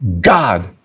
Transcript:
God